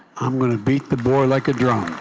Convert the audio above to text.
i'm going to beat the boy like a drum ah